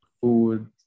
food